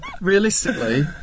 Realistically